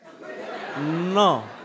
No